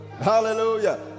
Hallelujah